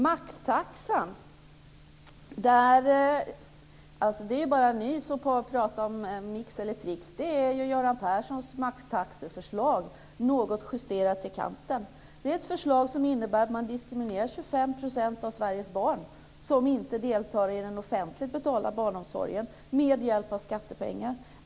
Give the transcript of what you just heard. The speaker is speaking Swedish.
När det gäller maxtaxan är det bara nys att prata om mix, eller trix. Det är ju Göran Perssons maxtaxeförslag, något justerat i kanten. Det är alltså ett förslag som innebär att man diskriminerar 25 % av Sveriges barn som inte deltar i den offentligt betalda barnomsorgen med hjälp av skattepengar.